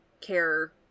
care